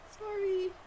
Sorry